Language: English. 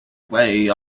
way